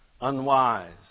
unwise